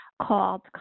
called